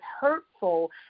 hurtful